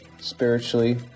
spiritually